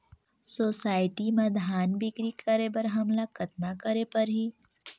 Society म धान बिक्री करे बर हमला कतना करे परही?